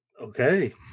Okay